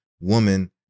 woman